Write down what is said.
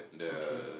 okay